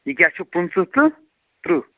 یہِ کیٛاہ چھُ پٕنٛژٕہ ٹُو ترٕٛہ